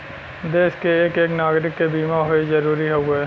देस के एक एक नागरीक के बीमा होए जरूरी हउवे